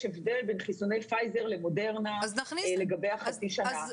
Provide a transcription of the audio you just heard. הבדל בין חיסוני פייזר למודרנה לגבי החצי שנה.